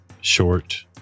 short